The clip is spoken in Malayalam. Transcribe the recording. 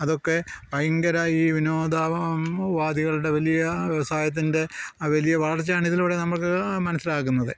അതൊക്കെ ഭയങ്കരമായി ഈ വിനോദ ഉപാധികളുടെ വലിയ വ്യവസായത്തിൻ്റെ ആ വലിയ വളർച്ചയാണ് ഇതിലൂടെ നമുക്ക് മനസ്സിലാക്കുന്നത്